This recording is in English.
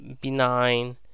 benign